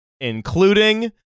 including